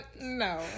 no